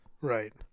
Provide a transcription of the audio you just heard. Right